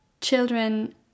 children